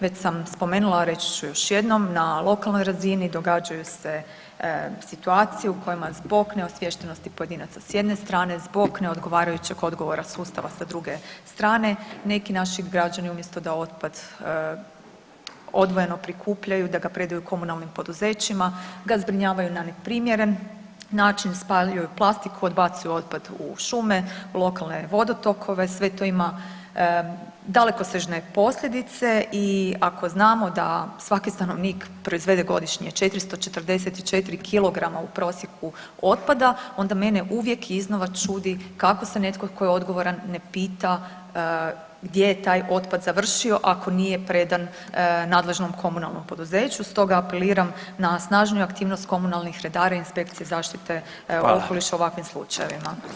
Već sam spomenula, reći ću još jednom, na lokalnoj razini, događaju se situacije u kojima zbog neosviještenosti pojedinaca s jedne strane, zbog neodgovarajućeg odgovora sustava sa druge strane neki naši građani, umjesto da otpad odvojeno prikupljaju, da ga predaju komunalnim poduzećima ga zbrinjavaju na neprimjeren način, spaljuju plastiku, odbacuju otpad u šume, lokalne vodotokove, sve to ima dalekosežne posljedice i ako znamo da svaki stanovnik proizvede godišnje 440 kilograma u prosjeku otpada, onda mene uvijek iznova čudi kako se netko tko je odgovoran ne pita gdje je taj otpad završio, ako nije predan nadležnom komunalnom poduzeću, stoga apeliram na snažniju aktivnost komunalnih redara i inspekcija zaštite okoliša u ovakvim slučajevima.